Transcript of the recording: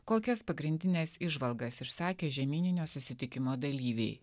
kokias pagrindines įžvalgas išsakė žemyninio susitikimo dalyviai